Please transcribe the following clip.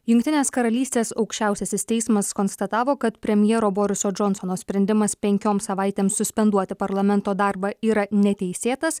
jungtinės karalystės aukščiausiasis teismas konstatavo kad premjero boriso džonsono sprendimas penkioms savaitėms suspenduoti parlamento darbą yra neteisėtas